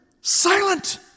silent